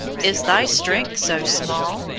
is thy strength so small?